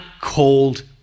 called